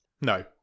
no